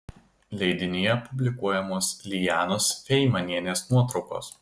leidinyje publikuojamos lijanos feimanienės nuotraukos